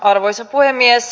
arvoisa puhemies